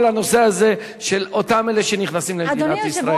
הנושא הזה של אותם אלה שנכנסים למדינת ישראל?